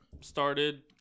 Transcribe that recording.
started